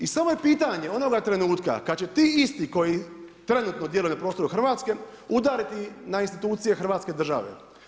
I samo je pitanje onoga trenutka kada će ti isti koji trenutno djeluju na prostoru Hrvatske udariti na institucije Hrvatske države.